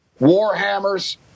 Warhammers